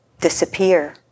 disappear